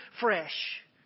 fresh